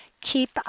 Keep